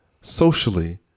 socially